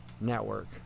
network